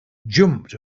jumped